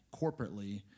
corporately